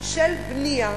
של בנייה,